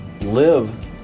live